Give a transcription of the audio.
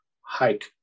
hike